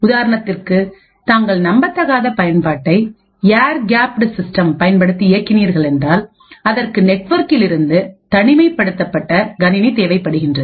உதாரணத்திற்கு தாங்கள் நம்பத்தகாத பயன்பாட்டை ஏர்கேப்டூ சிஸ்டம் பயன்படுத்தி இயக்கினிர்கள் என்றால் அதற்கு நெட்வொர்க்கிலிருந்து தனிமைப்படுத்தப்பட்ட கணினி தேவைப்படுகின்றது